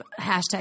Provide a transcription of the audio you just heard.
hashtag